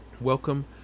welcome